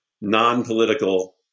non-political